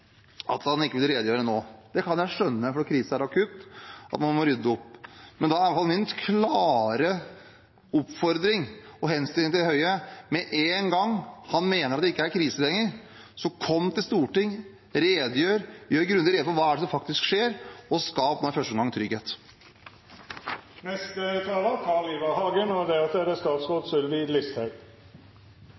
at han ikke ville redegjøre nå. Det kan jeg skjønne, for krisen er akutt, og man må rydde opp. Men da er i hvert fall min klare oppfordring og henstilling til Høie at han med en gang han mener det ikke er krise lenger, kommer til Stortinget og redegjør – gjør grundig rede for hva det er som faktisk skjer – og at han nå i første omgang skaper trygghet. Jeg ble veldig glad da jeg hørte statsråd Listhaug